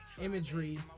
imagery